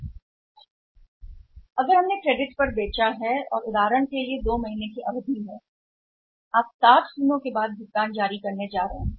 यदि हम नहीं हैं तो हम क्रेडिट पर बेच दिए गए हैं और आप अवधि 2 महीने के लिए हैं 60 दिनों के बाद भुगतान जारी करें